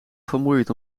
vermoeiend